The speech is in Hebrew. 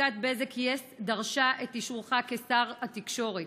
"עסקת בזק-יס דרשה את אישורך כשר התקשורת.